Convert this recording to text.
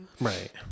right